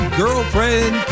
girlfriend